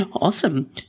Awesome